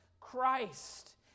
Christ